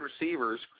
receivers